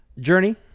Journey